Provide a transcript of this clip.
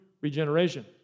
regeneration